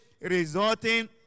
resulting